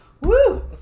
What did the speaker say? woo